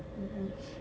mm